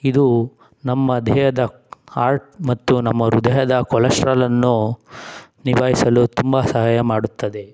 ಇದು ನಮ್ಮ ದೇಹದ ಹಾರ್ಟ್ ಮತ್ತು ನಮ್ಮ ಹೃದಯದ ಕೊಲೆಸ್ಟ್ರಾಲನ್ನು ನಿಭಾಯಿಸಲು ತುಂಬ ಸಹಾಯ ಮಾಡುತ್ತದೆ